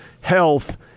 health